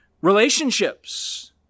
relationships